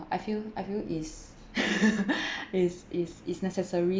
I feel I feel is is is is necessary